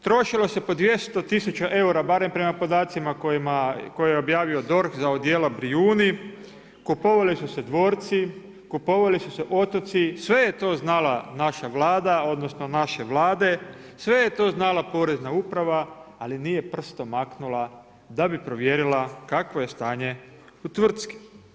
Trošilo se po 200 tisuća eura, barem prema podacima koje je objavio DORH za odijela Brijuni, kupovali su se dvorci, kupovali su se otoci, sve je to znala naša Vlada, odnosno naše vlade, sve je to znala Porezna uprava, ali nije prstom maknula da bi provjerila kakvo je stanje u tvrtci.